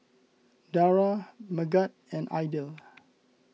Dara Megat and Aidil